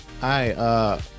Hi